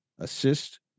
Assist